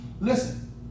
Listen